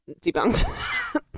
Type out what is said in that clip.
debunked